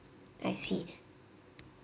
I see